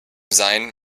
sein